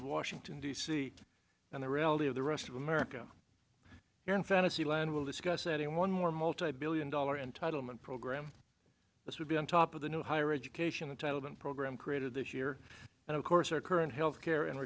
of washington d c and the reality of the rest of america here in fantasy land we'll discuss adding one more multibillion dollar entitlement program this would be on top of the new higher education the taliban program created this year and of course our current health care and